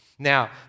Now